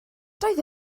doedd